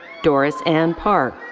doris ann park.